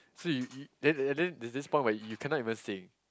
so you you then and then there's this point where you cannot even sink